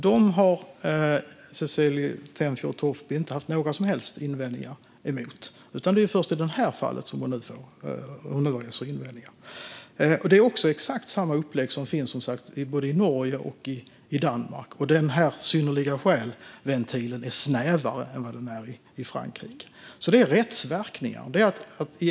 Dem har Cecilie Tenfjord Toftby inte haft några som helst invändningar mot, utan det är först i detta fall som hon har invändningar. Det är också exakt samma upplägg som finns i både Norge och Danmark. Ventilen med synnerliga skäl är snävare än vad den är i Frankrike. Det handlar om rättsverkningar.